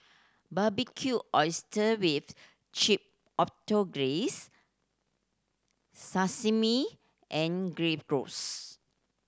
Barbecued Oyster with Chipotle Glaze Sashimi and Gyros